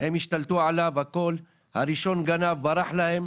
הם השתלטו עליו, הראשון גנב וברח להם.